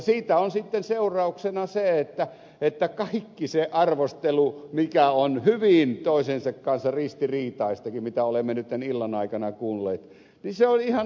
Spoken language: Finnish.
siitä on sitten seurauksena että kaikki se arvostelu mikä on hyvin toisensa kanssa ristiriitaistakin mitä olemme nyt tämän illan aikana kuulleet ja mikä on muiden kanssa hyvin ristiriitaistakin niin se on ihan oikein